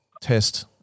test